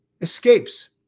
escapes